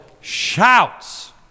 shouts